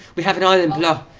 we have an island below,